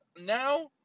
now